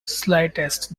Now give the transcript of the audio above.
slightest